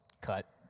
cut